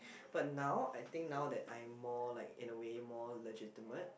but now I think now that I am more like in a way more legitimate